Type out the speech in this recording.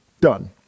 done